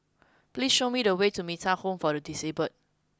please show me the way to Metta Home for the Disabled